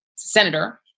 Senator